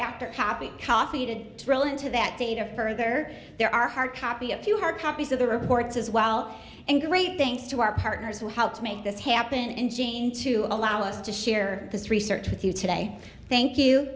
after happy coffee to drill into that data further there are hard copy a few hard copies of the reports as well and great thanks to our partners who helped make this happen and gene to allow us to share this research with you today thank you